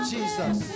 Jesus